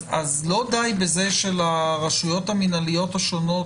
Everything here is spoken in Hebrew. אז האם לא די בזה שלרשויות המינהליות השונות